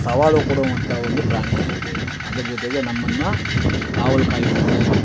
ಸವಾಲು ಕೊಡುವಂಥ ಒಂದು ಪ್ರಾಣಿಯಾಗಿದೆ ಅದರ ಜೊತೆಗೆ ನಮ್ಮನ್ನು ಕಾವಲು ಕಾಯುತ್ತೆ